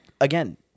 again